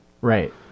right